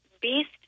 beast